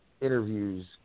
interviews